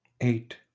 Eight